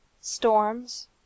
storms